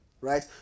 right